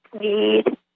need